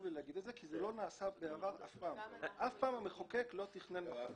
זה לא נעשה אף פעם בעבר, אף פעם המחוקק לא תכנן.